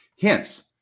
hence